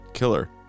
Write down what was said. killer